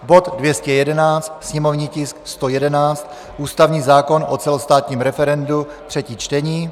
bod 211, sněmovní tisk 111 ústavní zákon o celostátním referendu, třetí čtení;